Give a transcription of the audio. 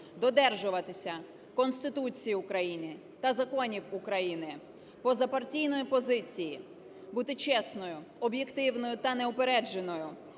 додержуватися Конституції України та законів України, позапартійної позиції, бути чесною, об'єктивною та неупередженою